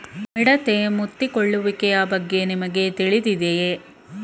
ಮಿಡತೆ ಮುತ್ತಿಕೊಳ್ಳುವಿಕೆಯ ಬಗ್ಗೆ ನಿಮಗೆ ತಿಳಿದಿದೆಯೇ?